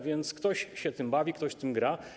Więc ktoś się tym bawi, ktoś tym gra.